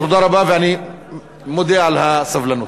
תודה רבה, ואני מודה על הסבלנות.